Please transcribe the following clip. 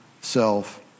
self